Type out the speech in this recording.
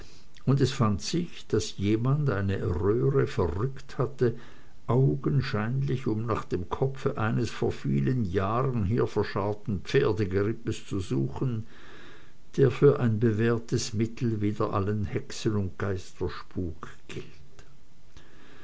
und es fand sich daß jemand eine röhre verrückt hatte augenscheinlich um nach dem kopfe eines vor vielen jahren hier verscharrten pferdegerippes zu suchen der für ein bewährtes mittel wider allen hexen und geisterspuk gilt